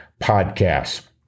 podcasts